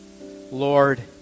Lord